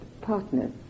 partners